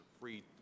free